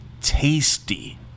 tasty